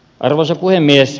arvoisa puhemies